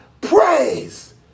praise